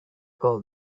call